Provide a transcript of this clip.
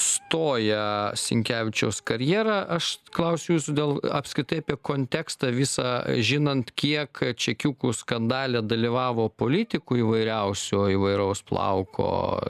stoja sinkevičiaus karjera aš klausiu jūsų dėl apskritai apie kontekstą visą žinant kiek čekiukų skandale dalyvavo politikų įvairiausių įvairaus plauko